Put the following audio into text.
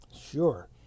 Sure